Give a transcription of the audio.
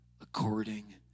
according